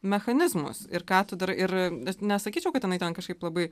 mechanizmus ir ką tu dar ir nesakyčiau kad jinai ten kažkaip labai